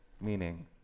meaning